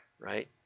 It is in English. right